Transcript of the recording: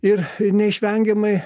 ir neišvengiamai